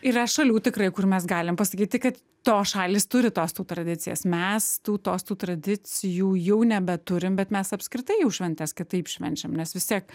yra šalių tikrai kur mes galim pasakyti kad tos šalys turi tostų tradicijas mes tų tostų tradicijų jau nebeturim bet mes apskritai jau šventes kitaip švenčiam nes vis tiek